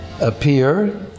appear